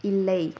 இல்லை